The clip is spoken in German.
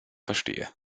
verstehe